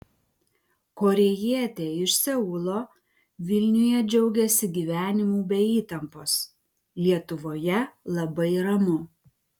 korėjietė iš seulo vilniuje džiaugiasi gyvenimu be įtampos lietuvoje labai ramu